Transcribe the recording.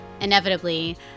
Inevitably